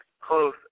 close